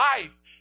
life